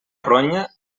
ronya